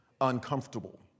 uncomfortable